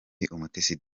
umutesi